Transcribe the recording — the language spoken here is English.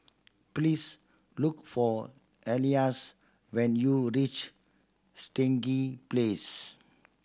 please look for Ellis when you reach Stangee Place